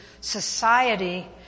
society